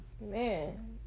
Man